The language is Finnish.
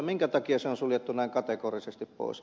minkä takia se on suljettu näin kategorisesti pois